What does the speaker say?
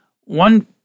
one